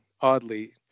oddly